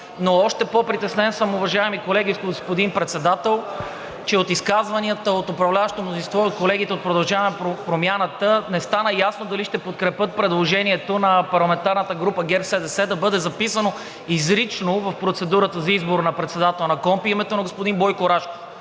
Но още по-притеснен съм, уважаеми колеги и господин Председател, че от изказванията от управляващото мнозинство – от колегите от „Продължаваме Промяната“, не стана ясно дали ще подкрепят предложението на парламентарната група на ГЕРБ-СДС да бъде записано изрично в процедурата за избор на председател на КПКОНПИ името на господин Бойко Рашков.